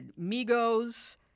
Migos